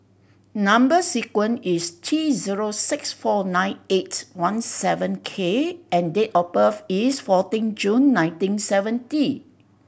number sequence is T zero six four nine eight one seven K and date of birth is fourteen June nineteen seventy